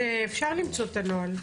אבל אפשר למצוא את הנוהל.